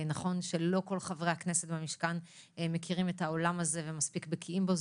נכון שלא כל חברי הכנסת במשכן מכירים את העולם הזה ומספיק בקיאים בו,